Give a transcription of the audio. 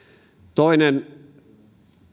toinen